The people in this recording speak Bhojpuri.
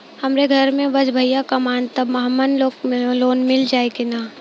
हमरे घर में बस भईया कमान तब हमहन के लोन मिल जाई का?